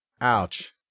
ouch